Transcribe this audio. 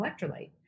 electrolyte